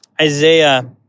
Isaiah